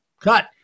cut